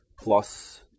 plus